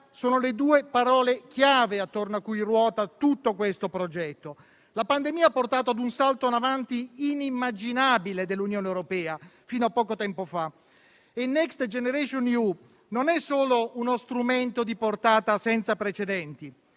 sono le due parole chiave attorno a cui ruota tutto questo progetto. La pandemia ha portato a un salto in avanti dell'Unione europea, inimmaginabile fino a poco tempo fa. Il Next generation EU non è solo uno strumento di portata senza precedenti;